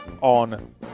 on